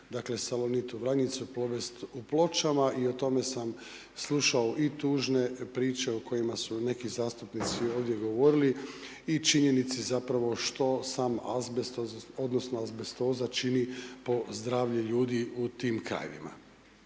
dakle, Salonit u Vranjicu, Plovest u Pločama i o tome sam slušao i tužne priče o kojima su neki zastupnici ovdje govorili i činjenici zapravo što sam azbest, odnosno azbestoza čini po zdravlje ljudi u tim krajevima.